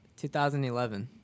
2011